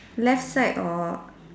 left side or